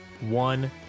one